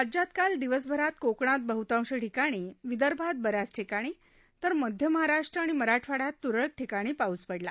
राज्यात काल दिवसभरात कोकणात बहतांश ठिकाणी विदर्भात ब याच ठिकाणी तर मध्य महाराष्ट्र आणि मराठवाङ्यात त्रळक ठिकाणी पाऊस पडला